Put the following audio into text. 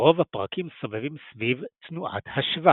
רוב הפרקים סובבים סביב תנועת השווא